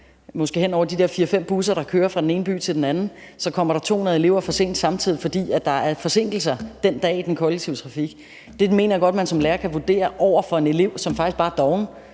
måske hen over de der fire, fem busser, der kører fra den ene by til anden, kommer 200 elever for sent samtidig, fordi der er forsinkelser den dag i den kollektive trafik. Det mener jeg godt man som lærer kan vurdere over for en elev, som faktisk bare er